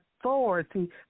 authority